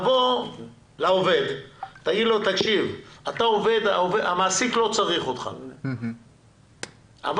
תבוא לעובד ותגיד לו: המעסיק צריך אותך רק ב-50%.